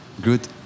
good